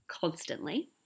constantly